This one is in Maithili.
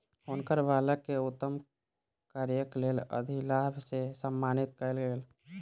हुनकर बालक के उत्तम कार्यक लेल अधिलाभ से सम्मानित कयल गेल